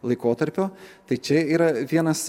laikotarpio tai čia yra vienas